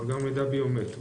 מאגר מידע ביומטרי,